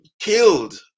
killed